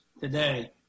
today